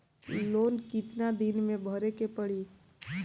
Loan कितना दिन मे भरे के पड़ी?